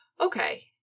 okay